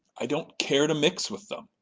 i don't care to mix with them.